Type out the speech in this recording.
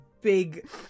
big